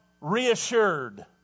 reassured